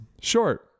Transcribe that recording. Short